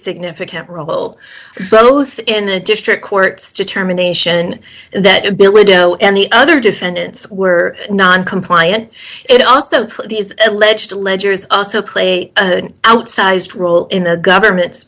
significant role both in the district court determination that ability and the other defendants were non compliant it also these alleged ledgers also play an outsized role in the government's